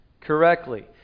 correctly